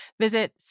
Visit